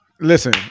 listen